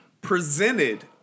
presented